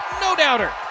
no-doubter